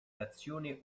nazione